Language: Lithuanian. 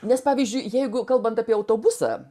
nes pavyzdžiui jeigu kalbant apie autobusą